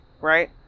Right